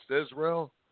Israel